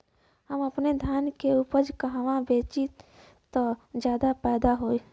हम अपने धान के उपज कहवा बेंचि त ज्यादा फैदा होई?